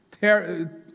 Tear